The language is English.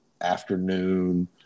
afternoon